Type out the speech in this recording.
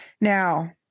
Now